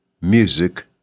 music